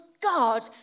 God